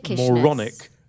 moronic